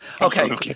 Okay